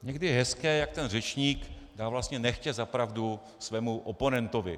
Někdy je hezké, jak ten řečník dá vlastně nechtě za pravdu svému oponentovi.